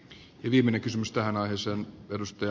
ja viimeinen kysymys tähän aiheeseen